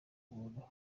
umuntu